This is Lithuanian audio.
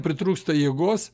pritrūksta jėgos